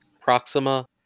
Proxima